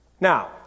Now